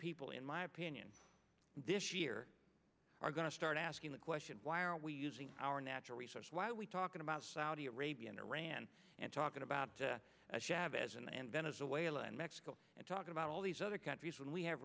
people in my opinion this year are going to start asking the question why are we using our natural resources why we talking about saudi arabia and iran and talking about chavez and venezuela and mexico and talking about all these other countries when we have